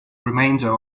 remainder